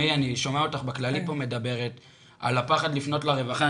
אני שומע אותך פה בכללי פה מדברת על הפחד לפנות לרווחה.